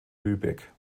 lübeck